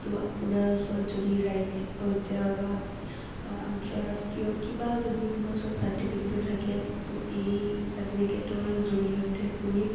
তো আপোনাৰ ওচৰত যদি ৰাজ্যিক পৰ্যায়ৰ বা আন্তঃৰাষ্ট্ৰীয় কিবা যদি আপোনাৰ ওচৰত চাৰ্টিফিকেটো থাকে তো এই চাৰ্টিফিকেটৰ জৰিয়তে আপুনি